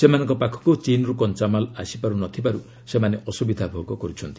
ସେମାନଙ୍କ ପାଖକୁ ଚୀନରୁ କଞ୍ଚାମାଲ ଆସିପାର୍ ନ ଥିବାର୍ ସେମାନେ ଅସ୍ରବିଧା ଭୋଗ କର୍ରଛନ୍ତି